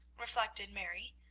reflected mary,